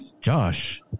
Josh